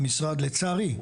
לצערי,